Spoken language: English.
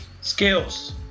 skills